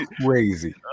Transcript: Crazy